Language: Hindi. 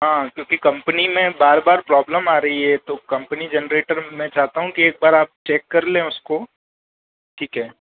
हाँ क्योंकि कंपनी में बार बार प्रॉब्लम आ रही है तो कंपनी जनरेटर मैं चाहता हूँ कि एक बार आप चेक कर लें उसको ठीक है